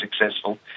successful